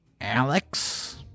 Alex